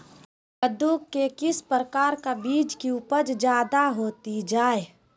कददु के किस प्रकार का बीज की उपज जायदा होती जय?